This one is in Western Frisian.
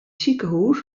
sikehûs